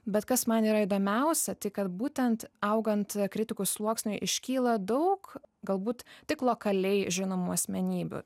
bet kas man yra įdomiausia tai kad būtent augant kritikų sluoksniui iškyla daug galbūt tik lokaliai žinomų asmenybių